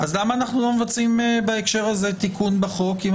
למה אנחנו לא מבצעים בהקשר הזה תיקון בחוק?